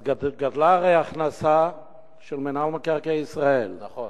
אז גדלה הרי ההכנסה של מינהל מקרקעי ישראל, נכון.